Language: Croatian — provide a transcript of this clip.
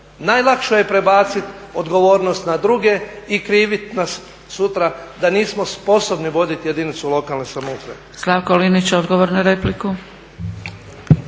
Najlakše je prebaciti odgovornost na druge i krivit nas sutra da nismo sposobni voditi jedinicu lokalne samouprave.